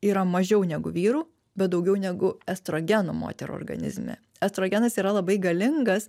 yra mažiau negu vyrų bet daugiau negu estrogenų moterų organizme estrogenas yra labai galingas